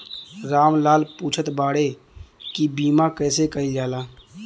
राम लाल पुछत बाड़े की बीमा कैसे कईल जाला?